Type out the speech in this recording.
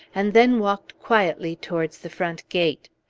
and then walked quietly towards the front gate.